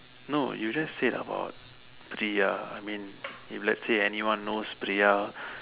no you just said about Priya I mean if let's say if anyone knows Priya